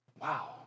Wow